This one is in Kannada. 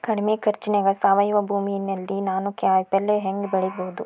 ಕಡಮಿ ಖರ್ಚನ್ಯಾಗ್ ಸಾವಯವ ಭೂಮಿಯಲ್ಲಿ ನಾನ್ ಕಾಯಿಪಲ್ಲೆ ಹೆಂಗ್ ಬೆಳಿಯೋದ್?